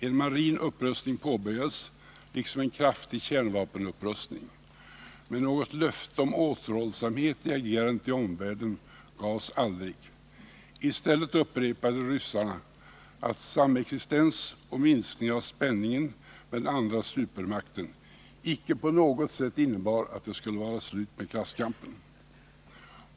En marin upprustning påbörjades liksom en kraftig kärnvapenupprustning, men något löfte om återhållsamhet i agerandet i omvärlden gavs aldrig. I stället upprepade ryssarna att samexistens och minskning av spänningen med den andra supermakten icke på något sätt innebar att det skulle vara slut med klasskampen.